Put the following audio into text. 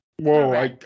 whoa